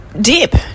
dip